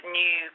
new